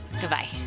Goodbye